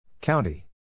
County